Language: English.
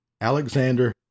Alexander